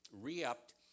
re-upped